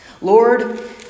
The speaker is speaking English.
Lord